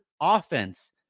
offense